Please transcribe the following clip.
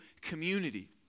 community